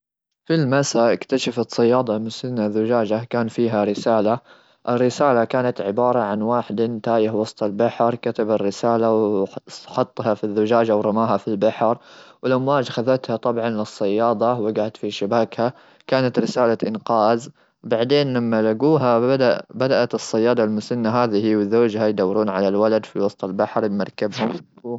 ذات مساء اكتشفت صياده مسنه زجاجه تحتوي على رساله وفتحت الرساله ,واكتشفت انها رساله استغاثه من شخص كان مكتوب فيها انه على جزيره وما في احد يوصل له ما لقينا ,بعدين طالعين الصياده المسنه بلغت السلطات واعطتهم الرساله وبداوا يبحثون عن الشخص الين لاقوه علي الجزيره.